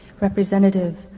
representative